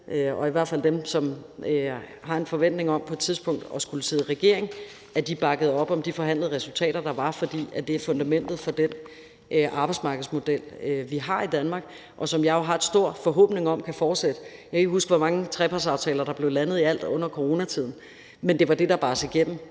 og i hvert fald dem, som har en forventning om på et tidspunkt at skulle sidde i regering, bakkede op om de forhandlede resultater, der var, fordi det er fundamentet for den arbejdsmarkedsmodel, vi har i Danmark, og som jeg jo har stor forhåbning om kan fortsætte. Jeg kan ikke huske, hvor mange trepartsaftaler der blev landet i alt under coronatiden, men det var det, der bar os igennem,